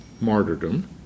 martyrdom